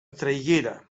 traiguera